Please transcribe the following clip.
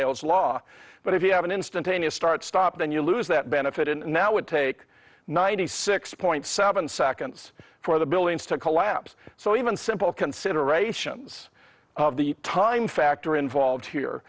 lileo's law but if you have an instantaneous start stop then you lose that benefit and that would take ninety six point seven seconds for the buildings to collapse so even simple considerations of the time factor involved here